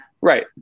Right